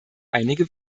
einige